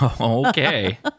Okay